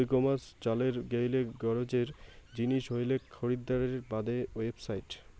ই commerce চালের গেইলে গরোজের জিনিস হইলেক খরিদ্দারের বাদে ওয়েবসাইট